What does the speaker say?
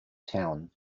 town